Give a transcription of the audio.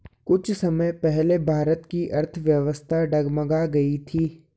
कुछ समय पहले भारत की अर्थव्यवस्था डगमगा गयी थी